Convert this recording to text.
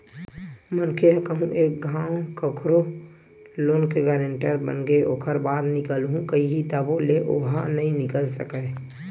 मनखे ह कहूँ एक घांव कखरो लोन के गारेंटर बनगे ओखर बाद निकलहूँ कइही तभो ले ओहा नइ निकल सकय